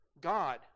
God